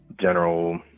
general